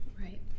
right